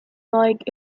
like